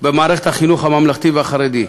במערכת החינוך הממלכתי החרדי.